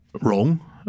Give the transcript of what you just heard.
wrong